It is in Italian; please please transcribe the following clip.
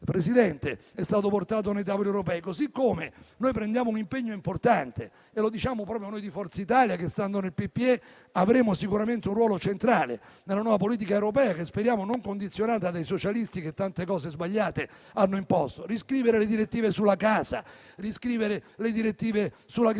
è stato portato ai tavoli europei. Prendiamo poi un impegno importante e lo diciamo proprio noi di Forza Italia che, stando nel PPE, avremo sicuramente un ruolo centrale nella nuova politica europea che speriamo non sia condizionata dai socialisti, che tante cose sbagliate hanno imposto. Occorre riscrivere le direttive sulla casa, riscrivere le direttive sull'agricoltura,